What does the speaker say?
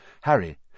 Harry